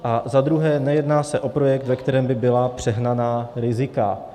A za druhé, nejedná se o projekt, ve kterém by byla přehnaná rizika.